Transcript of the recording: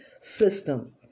system